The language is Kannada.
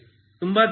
ತುಂಬ ಧನ್ಯವಾದಗಳು